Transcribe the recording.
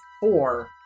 four